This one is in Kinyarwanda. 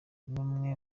numwe